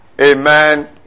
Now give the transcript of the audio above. Amen